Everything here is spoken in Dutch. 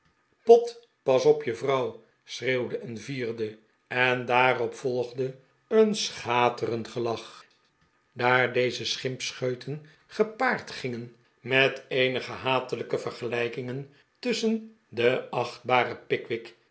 pott pas op je vrouw schreeuwde een vierdej en daarop volgde een schaterend gelach daar deze schimpscheuten gepaard gingen met eenige hatelijke vergelijkingen tusschen den achtbaren